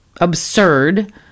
absurd